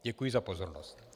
Děkuji za pozornost.